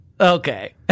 Okay